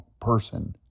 person